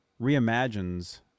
reimagines